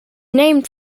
named